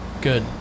Good